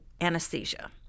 anesthesia